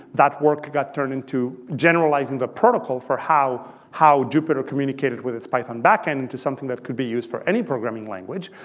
that worked, got turned into generalizing the protocol for how how jupyter communicated with its python backend into something that could be used for any programming language.